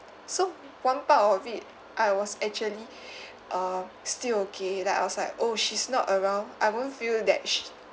so one part of it I was actually uh still okay like I was like oh she's not around I won't feel that sh~